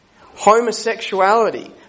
homosexuality